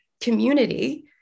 community